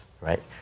right